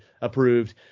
approved